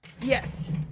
Yes